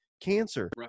cancer